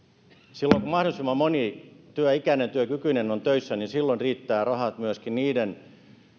silloin kun mahdollisimman moni työikäinen ja työkykyinen on töissä niin silloin riittävät rahat myöskin niiden